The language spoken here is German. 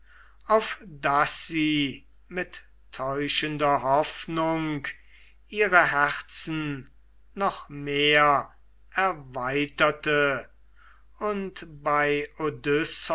auf daß sie mit täuschender hoffnung ihre herzen noch mehr erweiterte und bei